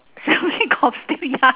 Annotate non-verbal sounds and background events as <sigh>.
<laughs> she always got